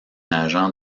agent